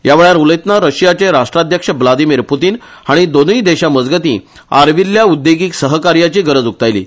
ह्या वेळार उलयताना रशियाचे राष्ट्राध्यक्ष व्लादिमीर पुतिन हाणी दोनुय देशामजगती आर्विल्ल्या उद्देगिक सहकार्याची गरज उक्तायली